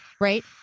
right